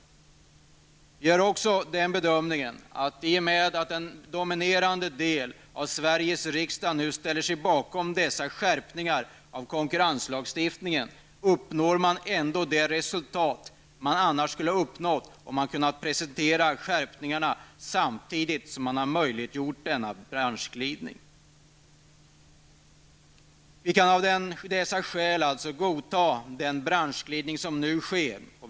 Vi gör också den bedömningen att i och med att en dominerande del av Sveriges riksdag nu ställer sig bakom skärpningen av konkurrenslagstiftningen, så uppnår man ändå det resultat som annars skulle ha uppnåtts om man kunnat presentera skärpningen samtidigt som man möjliggör denna branschglidning. Vi kan av dessa skäl godta den branschglidning som nu föreslås.